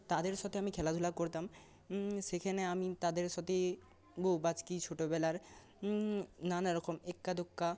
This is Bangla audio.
তাদের সাথে আমি খেলাধুলা করতাম সেখানে আমি তাদের সাথে বউবাজকি ছোটবেলার নানা রকম একা দোক্কা